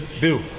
Bill